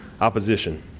opposition